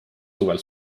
suvel